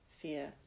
fear